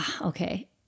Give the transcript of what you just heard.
okay